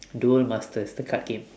duel masters the card game